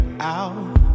out